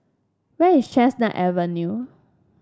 where is Chestnut Avenue